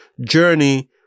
journey